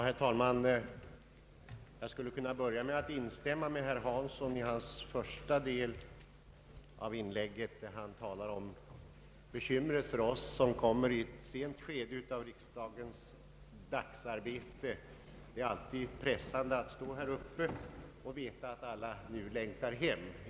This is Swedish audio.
Herr talman! Jag skulle kunna börja med att instämma i vad herr Hansson sade i första delen av sitt inlägg, då han talade om bekymren för oss som kommer till tals i ett sent skede under riksdagens arbetsdag. Det är alltid pressande att stå här och veta att alla längtar hem.